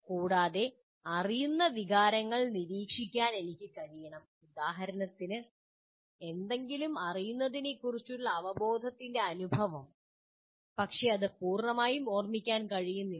കൂടാതെ അറിയുന്നതിന്റെ വികാരങ്ങൾ നിരീക്ഷിക്കാൻ എനിക്ക് കഴിയണം ഉദാഹരണത്തിന് എന്തെങ്കിലും അറിയുന്നതിനെക്കുറിച്ചുള്ള അവബോധത്തിന്റെ അനുഭവം പക്ഷേ അത് പൂർണ്ണമായും ഓർമിക്കാൻ കഴിയുന്നില്ല